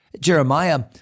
Jeremiah